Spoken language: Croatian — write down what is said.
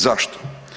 Zašto?